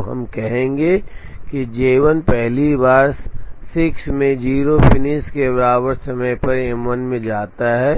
तो हम कहेंगे कि J 1 पहली बार 6 में 0 फिनिश के बराबर समय पर M1 में जाता है